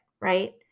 right